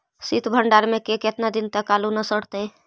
सित भंडार में के केतना दिन तक आलू न सड़तै?